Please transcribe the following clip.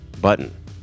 button